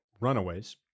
runaways